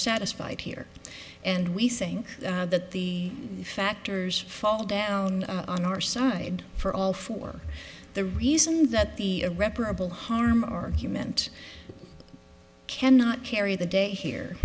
satisfied here and we saying that the factors fall down on our side for all for the reason that the a reparable harm argument cannot carry the day here